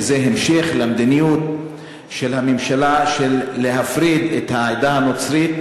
וזה המשך למדיניות של הממשלה להפריד את העדה הנוצרית.